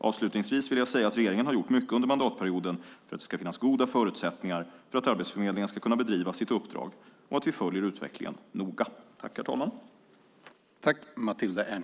Avslutningsvis vill jag säga att regeringen har gjort mycket under mandatperioden för att det ska finnas goda förutsättningar för att Arbetsförmedlingen ska kunna bedriva sitt uppdrag samt att vi noga följer utvecklingen.